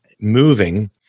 moving